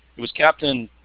it was capt. and